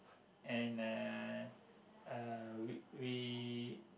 and uh uh we we